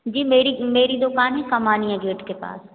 जी मेरी मेरी दुकान ही कमानिया गेट के पास